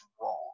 wrong